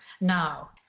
now